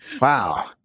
Wow